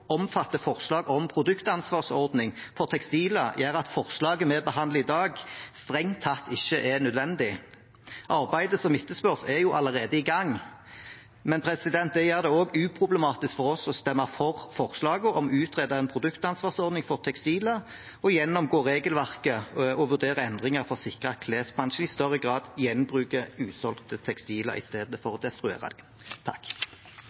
forslag om produktansvarsordning for tekstiler, gjør at forslaget vi behandler i dag, strengt tatt ikke er nødvendig. Arbeidet som etterspørres er jo allerede i gang, men det gjør det også uproblematisk for oss å stemme for forslaget om å utrede en produktansvarsordning for tekstiler og gjennomgå regelverket og vurdere endringer for å sikre at klesbransjen i større grad gjenbruker usolgte tekstiler i stedet for